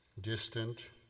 distant